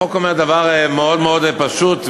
החוק אומר בעצם דבר מאוד פשוט,